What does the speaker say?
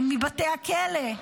מבתי הכלא.